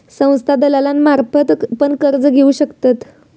संस्था दलालांमार्फत पण कर्ज घेऊ शकतत